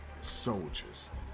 soldiers